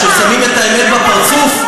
ששמים את האמת בפרצוף?